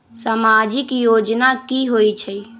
समाजिक योजना की होई छई?